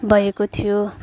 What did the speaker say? भएको थियो